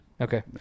Okay